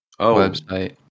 website